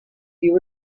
you